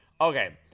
okay